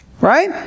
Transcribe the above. Right